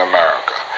America